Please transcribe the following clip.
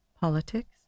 politics